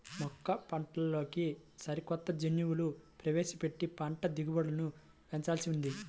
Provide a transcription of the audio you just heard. పంటమొక్కల్లోకి సరికొత్త జన్యువులు ప్రవేశపెట్టి పంట దిగుబడులను పెంచాల్సి ఉంది